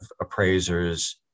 appraisers